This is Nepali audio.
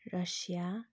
रसिया